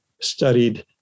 studied